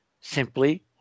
simply